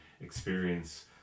experience